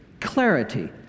clarity